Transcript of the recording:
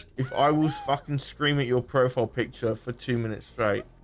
if i was fucking screaming your profile picture for two minutes, right?